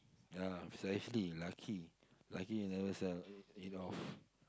ya precisely lucky lucky you never sell it off